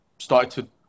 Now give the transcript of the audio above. started